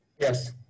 Yes